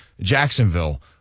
Jacksonville